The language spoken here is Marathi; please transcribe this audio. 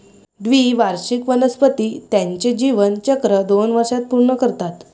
द्विवार्षिक वनस्पती त्यांचे जीवनचक्र दोन वर्षांत पूर्ण करतात